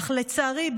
אך לצערי,